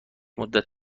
مدت